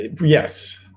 Yes